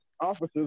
officers